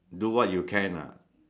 do what you can ah